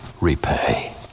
repay